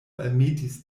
almetis